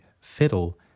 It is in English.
fiddle